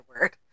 word